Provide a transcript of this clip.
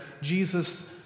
Jesus